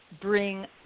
bring